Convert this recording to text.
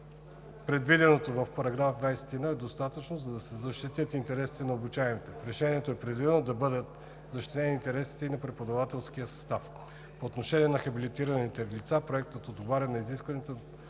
предвиденото в § 21 е достатъчно да се защитят интересите на обучаемите. В Решението е предвидено да бъдат защитени интересите и на преподавателския състав. По отношение на хабилитираните лица, Проектът отговаря на изискванията